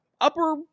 upper